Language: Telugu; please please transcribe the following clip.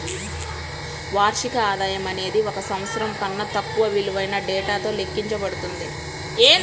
వార్షిక ఆదాయం అనేది ఒక సంవత్సరం కన్నా తక్కువ విలువైన డేటాతో లెక్కించబడుతుంది